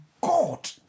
God